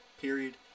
period